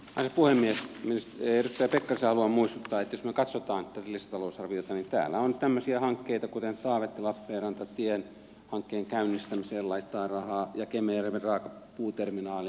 edustaja pekkariselle haluan muistuttaa että jos me katsomme tätä lisätalousarviota niin täällä on tämmöisiä hankkeita kuten taavettilappeenranta tiehanke sen käynnistämiseen laitetaan rahaa ja kemijärven raakapuuterminaaliin